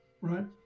right